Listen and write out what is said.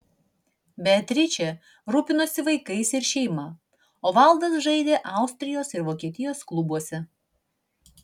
beatričė rūpinosi vaikais ir šeima o valdas žaidė austrijos ir vokietijos klubuose